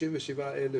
67,000